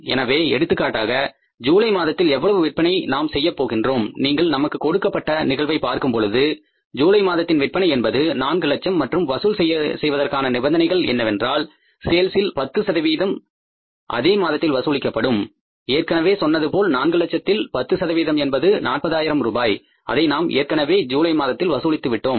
எனவே எடுத்துக்காட்டாக ஜூலை மாதத்தில் எவ்வளவு விற்பனை நாம் செய்யப் போகின்றோம் நீங்கள் நமக்கு கொடுக்கப்பட்ட நிகழ்வை பார்க்கும் பொழுது ஜூலை மாதத்தின் விற்பனை என்பது நான்கு லட்சம் மற்றும் வசூல் செய்வதற்கான நிபந்தனைகள் என்னவென்றால் சேல்ஸில் 10 சதவீத தொகை அதே மாதத்தில் வசூலிக்கப்படும் ஏற்கனவே சொன்னது போல 4 லட்சத்தில் 10 என்பது நாற்பதாயிரம் ரூபாய் இதை நாம் ஏற்கனவே ஜூலை மாதத்தில் வசூலித்து விட்டோம்